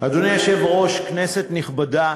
אדוני היושב-ראש, כנסת נכבדה,